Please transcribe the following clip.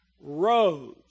rose